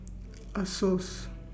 Asos